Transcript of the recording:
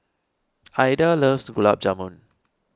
Ilda loves Gulab Jamun